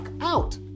out